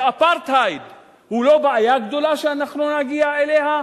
ואפרטהייד הוא לא בעיה גדולה שאנחנו נגיע אליה?